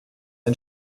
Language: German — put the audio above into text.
ein